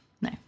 No